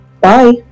Bye